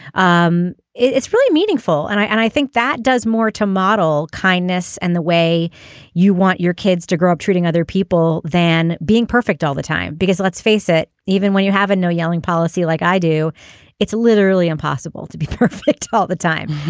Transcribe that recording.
um it's really meaningful and i and i think that does more to model kindness and the way you want your kids to grow up treating other people than being perfect all the time. because let's face it even when you have no yelling policy like i do it's literally impossible to be perfect all the time.